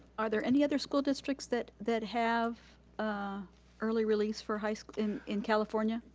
are there any other school districts that that have ah early release for high school in in california?